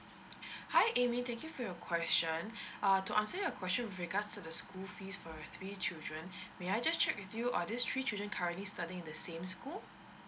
hi amy thank you for your question err to answer your question with regards to the school fees for the three children may I just check with you are these three children currently studying in the same school